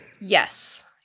Yes